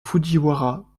fujiwara